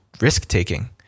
risk-taking